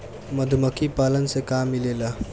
मधुमखी पालन से का मिलेला?